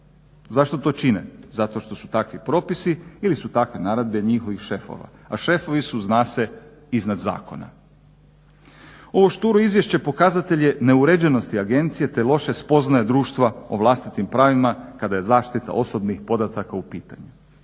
Zašto to čine? Zato što su takvi propisu ili su takve naredbe njihovih šefova, a šefovi su zna se iznad zakona. Ovo šturo izvješće pokazatelj je neuređenosti agencije, te loše spoznaje društva o vlastiti pravima kada je zaštita osobnih podataka u pitanju.